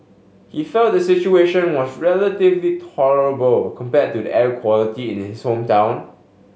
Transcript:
he felt the situation was relatively tolerable compared to the air quality in his hometown